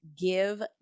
give